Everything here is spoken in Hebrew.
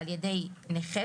על ידי נכה,